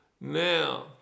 Now